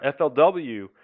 FLW